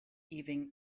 even